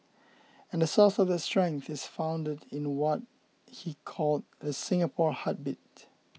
and the source of that strength is founded in what he called the Singapore heartbeat